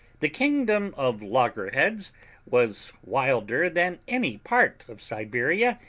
the kingdom of loggerheads was wilder than any part of siberia,